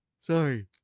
Sorry